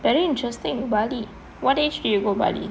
very interesting bali what age did you go bali